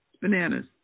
Bananas